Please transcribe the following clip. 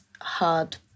hard